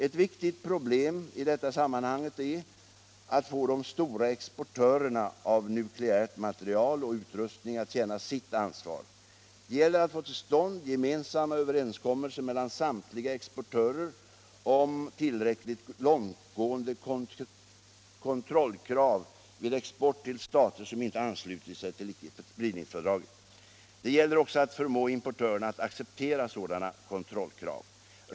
Ett viktigt problem i detta sammanhang är att få de stora exportörerna av nukleärt material och nukleär utrustning att känna sitt ansvar. Det gäller att få till stånd gemensamma överenskommelser mellan samtliga exportörer om tillräckligt långtgående kontrollkrav vid export till stater som inte anslutit sig till icke-spridningsfördraget. Det gäller också att förmå importörerna att acceptera sådana kontrollkrav.